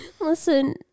Listen